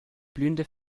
blühende